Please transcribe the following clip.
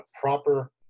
proper